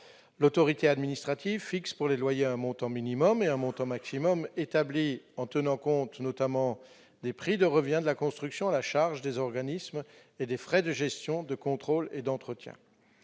L'autorité administrative fixe pour les loyers un montant minimum et un montant maximum, établis en tenant compte notamment des prix de revient de la construction à la charge des organismes et des frais de gestion, de contrôle et d'entretien.